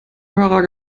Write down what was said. höherer